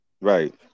Right